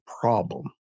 problem